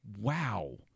wow